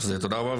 תודה רבה,